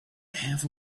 half